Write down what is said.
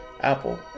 Apple